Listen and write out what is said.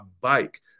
bike